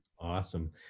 Awesome